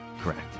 Correct